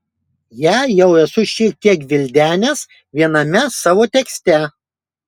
ją jau esu šiek tiek gvildenęs viename savo tekste